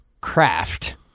craft